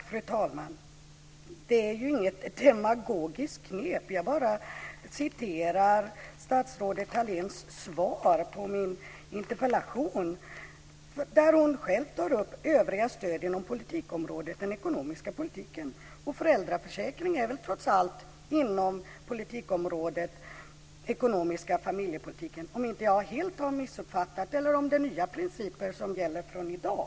Fru talman! Det är inget demagogiskt knep. Jag citerade bara statsrådet Thaléns svar på min interpellation där hon själv tar upp övriga stöd inom politikområdet den ekonomiska politiken, och föräldraförsäkringen är väl trots inom politikområdet den ekonomiska familjepolitiken, om jag inte helt har missuppfattat det, eller om det är nya principer som gäller från i dag.